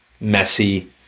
messy